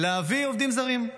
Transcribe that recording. להביא עובדים זרים.